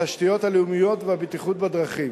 התשתיות הלאומיות והבטיחות בדרכים,